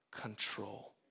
control